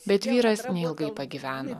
bet vyras neilgai pagyveno